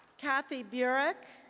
kathy burrick,